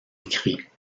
écrit